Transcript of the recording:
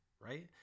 right